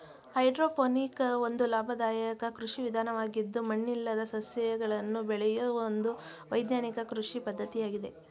hydroponic ಒಂದು ಲಾಭದಾಯಕ ಕೃಷಿ ವಿಧಾನವಾಗಿದ್ದು ಮಣ್ಣಿಲ್ಲದೆ ಸಸ್ಯಗಳನ್ನು ಬೆಳೆಯೂ ಒಂದು ವೈಜ್ಞಾನಿಕ ಕೃಷಿ ಪದ್ಧತಿಯಾಗಿದೆ